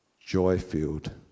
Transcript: joy-filled